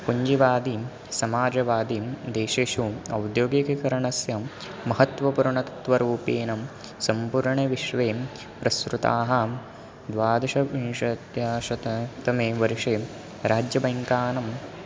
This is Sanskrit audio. पुञ्जिवादी समाजवादिदेशेषु औद्योगीकीकरणस्य महत्त्वपूर्णतत्वरूपेण सम्पूर्णे विश्वे प्रसृताः द्वादशविंशत्याशततमे वर्षे राज्यबैङ्कानं